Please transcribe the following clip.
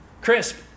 crisp